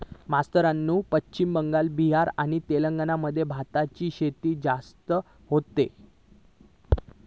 मास्तरानू पश्चिम बंगाल, बिहार आणि तेलंगणा मध्ये भाताची शेती जास्त होता